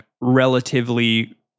relatively